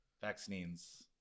vaccines